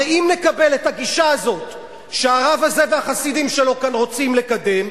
הרי אם נקבל את הגישה הזאת שהרב הזה והחסידים שלו כאן רוצים לקדם,